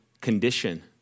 condition